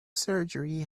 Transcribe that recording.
surgery